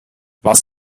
was